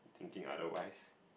think otherwise